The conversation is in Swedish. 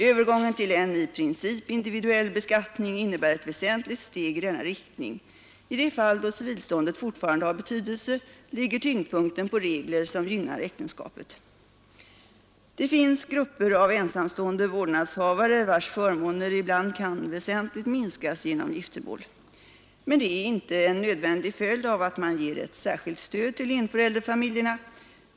Övergången till en i princip individuell beskattning innebär ett väsentligt steg i denna riktning. I de fall då civilståndet fortfarande har betydelse ligger tyngdpunkten på regler som gynnar äktenskapet. Det finns grupper av ensamstående vårdnadshavare vilkas förmåner ibland kan väsentligt minskas genom giftermål. Men det är en nödvändig följd av att man ger ett särskilt stöd till enförälderfamiljerna.